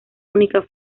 única